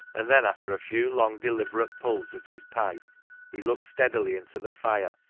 and then after a few long, deliberate pulls at his pipe he looked steadily into the fire,